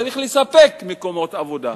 צריך לספק מקומות עבודה.